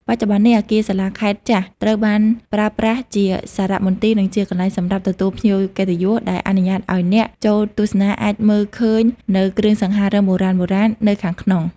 បច្ចុប្បន្ននេះ អគារសាលាខេត្តចាស់ត្រូវបានប្រើប្រាស់ជាសារមន្ទីរ និងជាកន្លែងសម្រាប់ទទួលភ្ញៀវកិត្តិយស ដែលអនុញ្ញាតឱ្យអ្នកចូលទស្សនាអាចមើលឃើញនូវគ្រឿងសង្ហារិមបុរាណៗនៅខាងក្នុង។